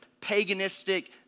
paganistic